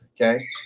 Okay